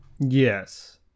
yes